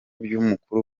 by’umukuru